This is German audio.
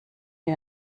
die